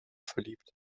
verliebt